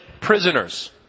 prisoners